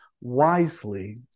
wisely